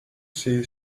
say